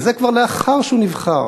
וזה כבר לאחר שהוא נבחר.